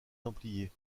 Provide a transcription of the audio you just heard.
templiers